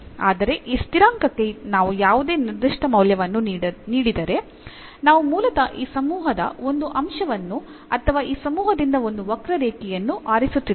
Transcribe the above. ಆದರೆ ಈ ಸ್ಥಿರಾಂಕಕ್ಕೆ ನಾವು ಯಾವುದೇ ನಿರ್ದಿಷ್ಟ ಮೌಲ್ಯವನ್ನು ನೀಡಿದರೆ ನಾವು ಮೂಲತಃ ಈ ಸಮೂಹದ ಒಂದು ಅಂಶವನ್ನು ಅಥವಾ ಈ ಸಮೂಹದಿಂದ ಒಂದು ವಕ್ರರೇಖೆಯನ್ನು ಆರಿಸುತ್ತಿದ್ದೇವೆ